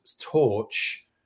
Torch